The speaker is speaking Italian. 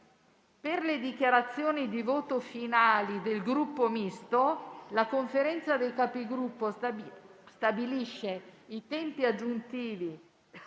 Per le dichiarazioni di voto finali del Gruppo Misto, la Conferenza dei Capigruppo stabilisce i tempi aggiuntivi